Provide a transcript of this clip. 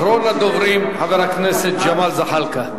אחרון הדוברים, חבר הכנסת ג'מאל זחאלקה.